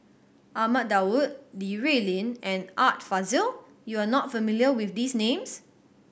Ahmad Daud Li Rulin and Art Fazil you are not familiar with these names